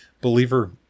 Believer